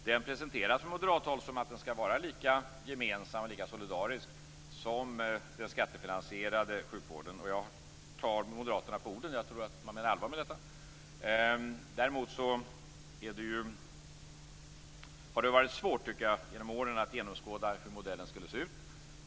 Från moderathåll presenteras det som att den skall vara lika gemensam och solidarisk som den skattefinansierade sjukvården. Och jag tar moderaterna på orden. Jag tror att man menar allvar med detta. Däremot tycker jag att det har varit svårt genom åren att genomskåda hur modellen skulle se ut.